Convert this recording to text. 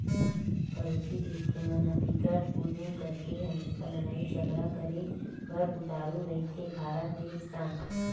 परोसी देस के मन ह बिकट उदिम करके हमेसा लड़ई झगरा करे बर उतारू रहिथे भारत देस संग